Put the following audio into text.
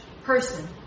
person